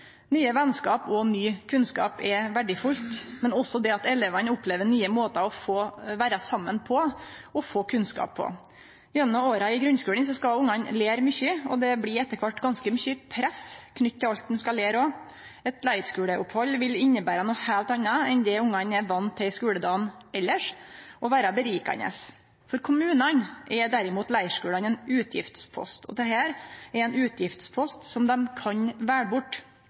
Nye venskap og ny kunnskap er verdifullt, men også det at elevane opplever nye måtar å vere saman på og få kunnskap på. Gjennom åra i grunnskulen skal ungane lære mykje, og det blir etter kvart ganske mykje press knytt til alt ein skal lære. Eit leirskuleopphald vil innebere noko heilt anna enn det ungane er vane med i skuledagen elles, og vere gjevande. For kommunane er derimot leirskulane ein utgiftspost, og dette er ein utgiftspost som dei kan velje bort.